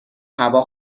هوا